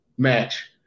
Match